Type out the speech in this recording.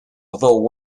although